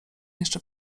jeszcze